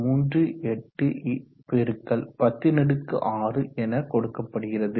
38x106எனக்கொடுக்கப்படுகிறது